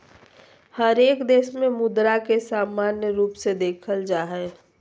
हरेक देश में मुद्रा के सर्वमान्य रूप से देखल जा हइ